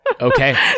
Okay